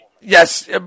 Yes